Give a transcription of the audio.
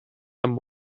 amb